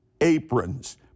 Aprons